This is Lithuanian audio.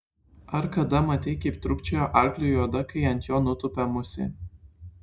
ar kada matei kaip trūkčioja arkliui oda kai ant jo nutupia musė